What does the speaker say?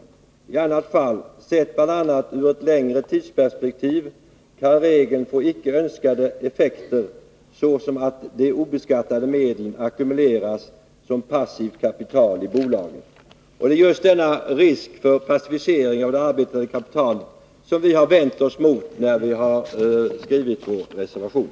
Utan sådana kan regeln, sett bl.a. ur ett längre tidsperspektiv, få icke önskvärda effekter, såsom att de obeskattade medlen ackumuleras som passivt kapital i bolagen. Det är just denna risk för passivering av det arbetande kapitalet som vi har vänt oss mot när vi har skrivit vår reservation.